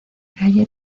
calle